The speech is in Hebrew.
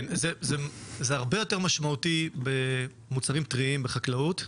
זה הרבה יותר משמעותי במוצרים טריים בחקלאות,